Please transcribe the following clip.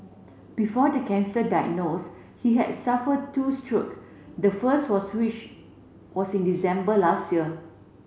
before the cancer diagnose he had suffered two stroke the first was which was in December last year